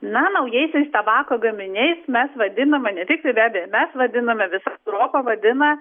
na naujaisiais tabako gaminiais mes vadiname ne tik vebė mes vadiname visą europa vadina